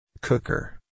Cooker